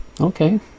Okay